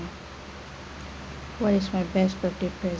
what is my best birthday present